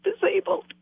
disabled